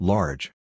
Large